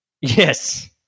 Yes